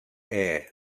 air